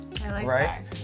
right